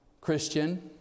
Christian